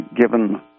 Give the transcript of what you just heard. given